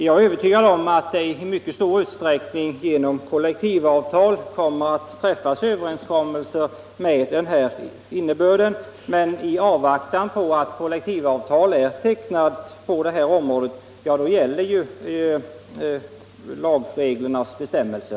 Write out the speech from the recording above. Jag är övertygad om att det i mycket stor utsträckning genom kollektivavtal kommer att träffas överenskommelser med denna innebörd, men i avvaktan på att kollektivavtal blir tecknat på detta område gäller ju lagreglernas bestämmelser.